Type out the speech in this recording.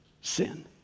sin